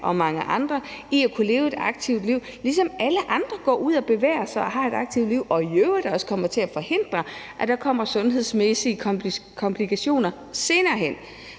og mange andre i at kunne leve et aktivt liv, ligesom alle andre går ud og bevæger sig og har et aktivt liv, og det kommer i øvrigt også til at forhindre, at der kommer sundhedsmæssige komplikationer senere hen.